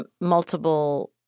multiple